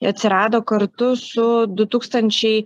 ji atsirado kartu su du tūkstančiai